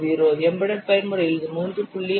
0 embedded பயன்முறையில் இது 3